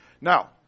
Now